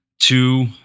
two